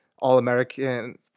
All-American